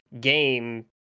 game